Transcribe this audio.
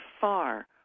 far